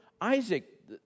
Isaac